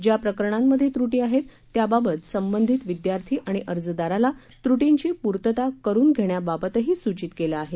ज्या प्रकरणांमधे त्रुटी आहेत त्याबाबत संबंधित विद्यार्थी आणि अर्जदाराला त्रुटींची पूर्वता करुन घेण्याबाबतही सूचित केलं आहे